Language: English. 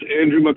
Andrew